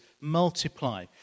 Multiply